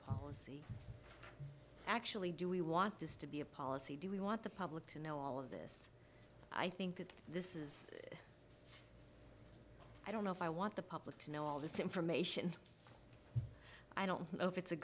policy actually do we want this to be a policy do we want the public to know all of this i think that this is i don't know if i want the public to know all this information i don't over it's a